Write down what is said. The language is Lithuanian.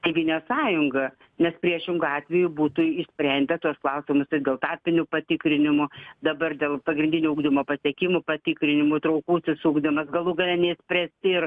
tėvynės sąjunga nes priešingu atveju būtų išsprendę tuos klausimus ir dėl tarpinių patikrinimų dabar dėl pagrindinio ugdymo pasiekimų patikrinimų truputį sukdamas galų gale net prie ir